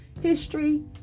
History